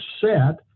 set